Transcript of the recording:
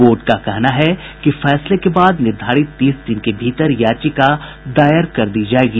board का कहना है कि फैसले के बाद निर्धारित तीस दिन के भीतर याचिका दायर कर दी जायेगी